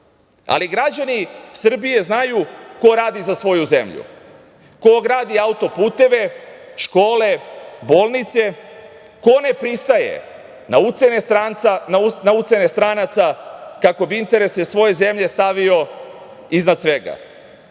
ali građani Srbije znaju ko radi za svoju zemlju, ko gradi auto-puteve, škole, bolnice, ko ne pristaje na ucene stranaca kako bi interese svoje zemlje stavio iznad svega,